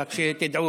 רק שתדעו,